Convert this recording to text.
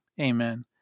Amen